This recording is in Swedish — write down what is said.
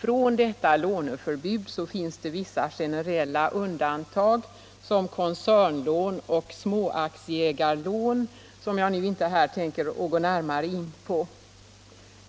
Från detta låneförbud finns det vissa generella undantag såsom koncernlån och småaktieägarlån, som jag nu inte tänker gå närmare in på.